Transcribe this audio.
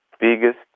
biggest